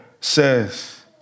says